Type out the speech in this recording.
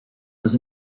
was